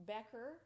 Becker